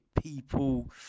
people